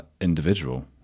individual